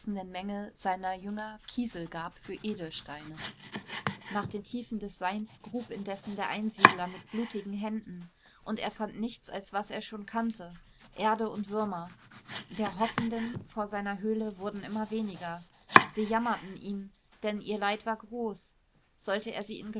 menge seiner jünger kiesel gab für edelsteine nach den tiefen des seins grub indessen der einsiedler mit blutigen händen und er fand nichts als was er schon kannte erde und würmer der hoffenden vor seiner höhle wurden immer weniger sie jammerten ihn denn ihr leid war groß sollte er sie